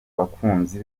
abakunzi